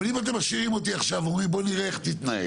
אבל אם אתם משאירים אותי עכשיו ואומרים בוא נראה איך תתנהל,